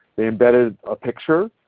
they embedded a picture,